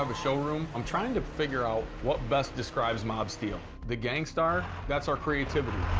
um showroom, i'm trying to figure out what best describes mobsteel. the gangstar, that's our creativity.